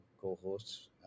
co-hosts